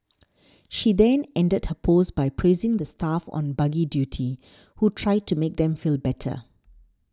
she then ended her post by praising the staff on buggy duty who tried to make them feel better